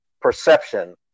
perception